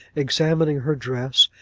examining her dress,